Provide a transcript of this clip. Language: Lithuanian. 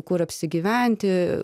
kur apsigyventi